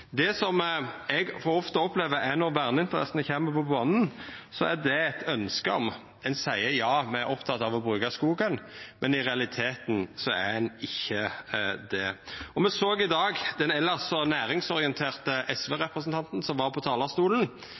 ein ja, me er opptekne av å bruka skogen – men i realiteten er ein ikkje det. I dag såg me at den elles så næringsorienterte SV-representanten som var på talarstolen,